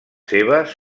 seves